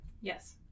Yes